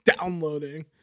downloading